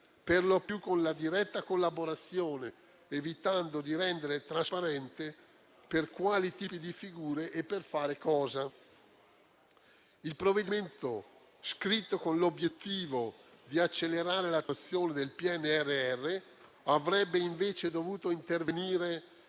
per lo più con la diretta collaborazione, evitando di rendere trasparente per quali tipi di figure e per fare cosa. Il provvedimento, scritto con l'obiettivo di accelerare l'attuazione del PNRR, avrebbe invece dovuto intervenire